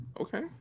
Okay